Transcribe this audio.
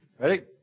Ready